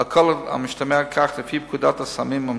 על כל המשתמע מכך לפי פקודת הסמים המסוכנים,